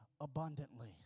abundantly